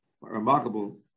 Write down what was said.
Remarkable